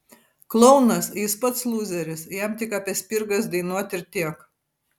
klounas jis pats lūzeris jam tik apie spirgas dainuot ir tiek